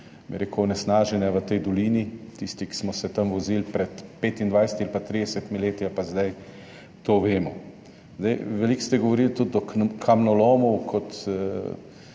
posledic onesnaženja v tej dolini. Tisti, ki smo se tam vozili pred 25 ali pa 30 leti ali pa zdaj, to vemo. Veliko ste govorili tudi o kamnolomu kot v